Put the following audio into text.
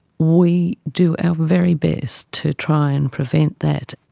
we do our very best to try and prevent that,